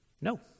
No